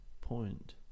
point